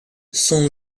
son